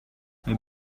ein